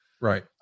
right